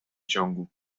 ciągu